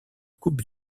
coupe